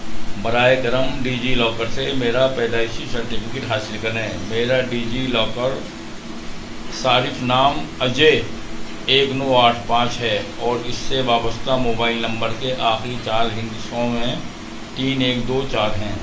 براہِ کرم DigiLocker سے میرا پیدائشی سرٹیفکیٹ حاصل کریں میرا ڈیجی لاکر صارف نام اجے ایک نو آٹھ پانچ ہے اور اس سے وابستہ موبائل نمبر کے آخری چار ہندسوں میں تین ایک دو چار ہیں